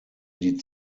die